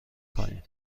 کنیم